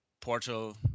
portal